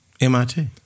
MIT